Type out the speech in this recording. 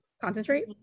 Concentrate